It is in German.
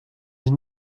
dich